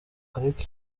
ariko